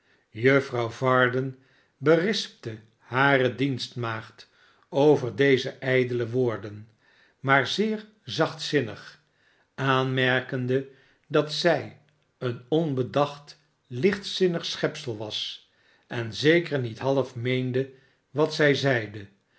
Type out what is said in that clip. juffrouw varden berispte hare dienstmaagd over deze ijdele woorden maar zeer zachtzinnig aanmerkende dat zij een onbedacht lichtzinnig schepsel was en zeker niet half meende wat zij zeide